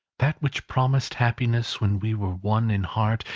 that which promised happiness when we were one in heart,